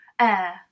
Air